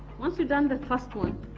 once you've done the first one,